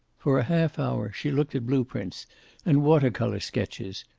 for a half-hour she looked at blueprints and water-color sketches,